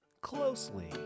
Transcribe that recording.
closely